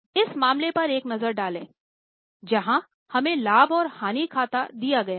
इस मामले पर एक नज़र डालें जहाँ हमें लाभ और हानि खाता दिया गया है